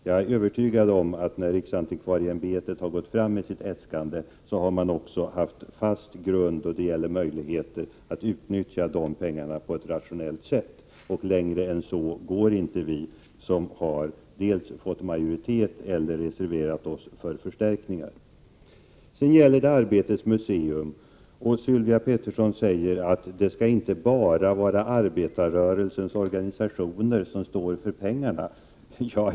Jag är övertygad om att när riksantikvarieämbetet har gått fram med sitt äskande, har man också haft en fast grund att stå på när det gäller möjligheterna att utnyttja pengarna på ett rationellt sätt. Längre än så går inte vi som fått majoritet för eller reserverat oss för förstärkningar. Sedan gäller det Arbetets museum. Sylvia Pettersson säger att det inte bara skall vara arbetarrörelsens organisationer som står för pengarna.